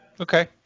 okay